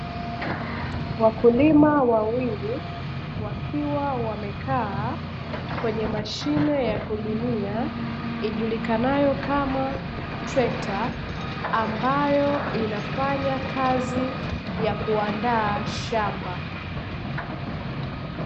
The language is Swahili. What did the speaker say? Wakulima wawili, wakiwa wamekaa kwenye mashine ya kulimia ijulikanayo kama trekta, ambayo inafanya kazi ya kuandaa shamba.